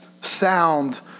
sound